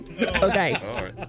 Okay